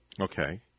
Okay